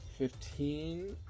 Fifteen